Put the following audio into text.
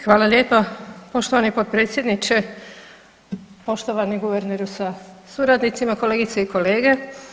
Hvala lijepo poštovani potpredsjedniče, poštovani guverneru sa suradnicima, kolegice i kolege.